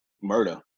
murder